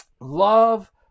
love